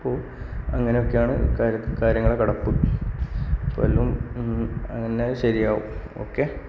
അപ്പോൾ അങ്ങനെയൊക്കെയാണ് കാര്യങ്ങളുടെ കിടപ്പ് എല്ലാം അങ്ങനെ ശെരിയാവും ഓക്കേ